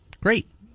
great